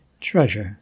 Treasure